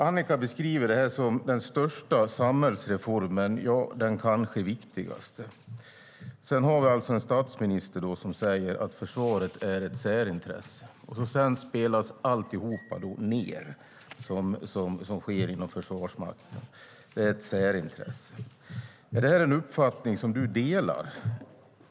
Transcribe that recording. Annicka Engblom beskriver detta som den största samhällsreformen och den kanske viktigaste. Sedan har vi en statsminister som säger att försvaret är ett särintresse. Sedan spelas allt så att säga ned, som sker inom Försvarsmakten. Detta är ett särintresse. Är detta en uppfattning som du delar?